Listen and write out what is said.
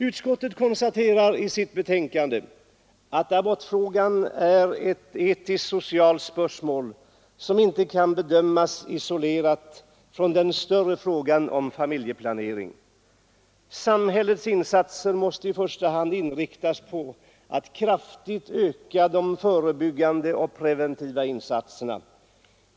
Utskottet konstaterar i betänkandet att abortfrågan är ett etisktsocialt spörsmål som inte kan bedömas isolerat från den större frågan om familjeplanering. Samhällets insatser måste i första hand inriktas på att kraftigt öka de förebyggande och preventiva insatserna.